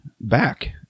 back